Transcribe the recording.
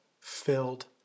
filled